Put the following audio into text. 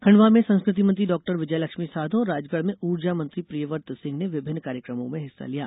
खंडवा में संस्कृति मंत्री डाक्टर विजयलक्ष्मी साधो और राजगढ़ में ऊर्जा मंत्री प्रियव्रत सिंह ने विभिन्न कार्यकमों में हिस्सा लिया